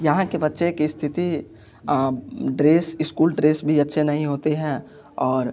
यहाँ के बच्चे की स्थिति ड्रेस स्कूल ड्रेस भी अच्छे नहीं होते हैं और